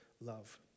love